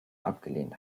abgelehnt